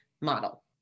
model